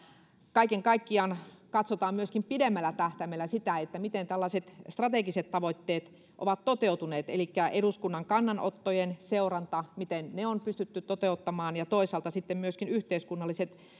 kaiken kaikkiaan katsotaan myöskin pidemmällä tähtäimellä sitä miten tällaiset strategiset tavoitteet ovat toteutuneet elikkä on eduskunnan kannanottojen seuranta miten ne on pystytty toteuttamaan ja toisaalta sitten myöskin yhteiskunnalliset